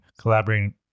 collaborating